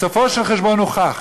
בסופו של חשבון הוכח